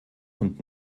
und